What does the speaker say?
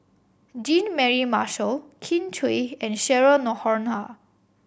Jean Mary Marshall Kin Chui and Cheryl Noronha